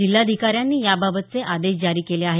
जिल्ह्याधिकाऱ्यांनी याबाबतचे आदेश जारी केले आहेत